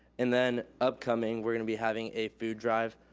and then upcoming, we're gonna be having a food drive,